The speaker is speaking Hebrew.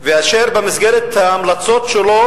במסגרת ההמלצות שלו,